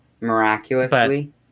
miraculously